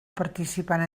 participant